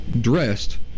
dressed